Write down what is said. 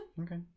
Okay